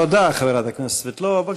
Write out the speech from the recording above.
תודה, חברת הכנסת סבטלובה.